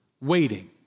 waiting